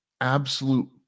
absolute